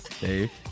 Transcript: Dave